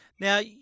Now